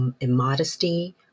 immodesty